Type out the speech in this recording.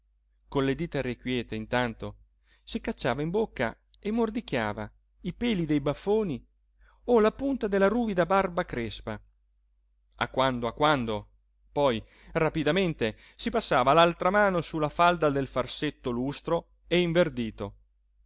con le dita irrequiete intanto si cacciava in bocca e mordicchiava i peli dei baffoni o la punta della ruvida barba crespa a quando a quando poi rapidamente si passava l'altra mano su la falda del farsetto lustro e inverdito